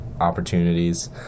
opportunities